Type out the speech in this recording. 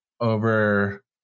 over